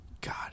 God